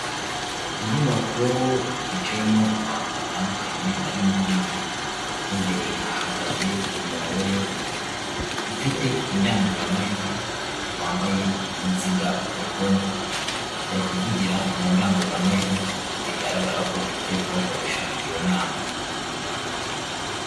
Inyubako yicayemo abantu batandukanye bari mu nama, imbere hahagaze umugore ufite indangururamajwi wambaye inziga ku mboni ari kuvugira mu ndangururamajwi bigaragara ko ari ku bakoresha iyo nama.